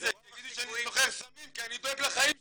זה כי יגידו שאני סוחר סמים כי אני דואג לחיים שלך.